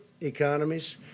economies